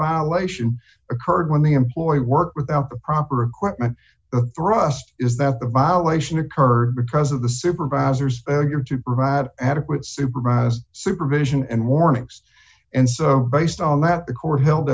violation occurred when the employee work without the proper equipment thrust is that the violation occurred because of the supervisors or to provide adequate supervised supervision and warnings and so based on that record held